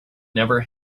never